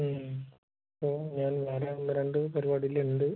ഓ ഞാൻ വരാൻ ഉള്ള രണ്ട് പരിപാടിയിൽ ഉണ്ട്